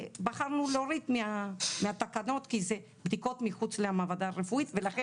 בחרנו להוריד מהתקנות כי זה בדיקות מחוץ למעבדה הרפואית ולכן